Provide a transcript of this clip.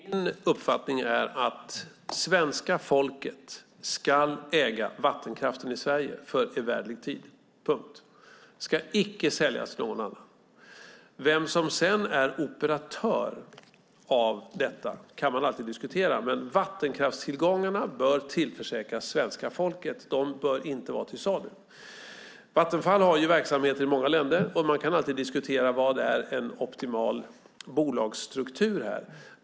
Fru talman! Min uppfattning är att svenska folket skall äga vattenkraften i Sverige för evärdlig tid - punkt. Den ska icke säljas till någon annan. Vem som sedan är operatör av detta kan man alltid diskutera, men vattenkraftstillgångarna bör tillförsäkras svenska folket. De bör inte vara till salu. Vattenfall har verksamheter i många länder. Man kan alltid diskutera vad en optimal bolagsstruktur är.